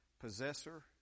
possessor